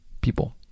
people